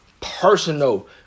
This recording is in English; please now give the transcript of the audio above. personal